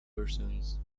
persons